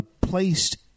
placed